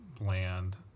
bland